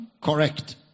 Correct